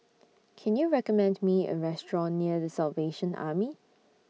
Can YOU recommend Me A Restaurant near The Salvation Army